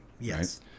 Yes